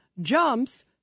jumps